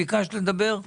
ביקשת לדבר?